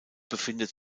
befindet